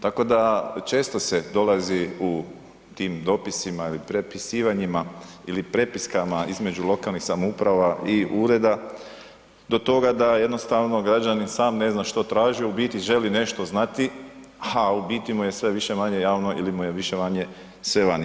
Tako da često se dolazi u tim dopisima ili prepisivanjima ili prepiskama između lokalnih samouprava i ureda do toga da jednostavno građanin ni sam ne zna što traži, u biti želi nešto znati a u biti mu je sve više-manje javno ili mu je više-manje sve vani.